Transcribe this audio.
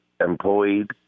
employed